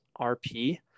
RP